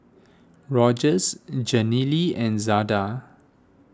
Rogers Jenilee and Zada